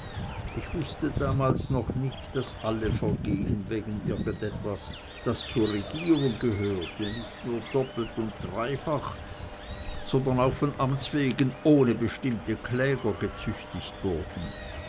ich wußte damals noch nicht daß alle vergehen wegen irgend etwas das zur regierung gehörte nicht nur doppelt und dreifach sondern auch von amtswegen ohne bestimmte kläger gezüchtigt würden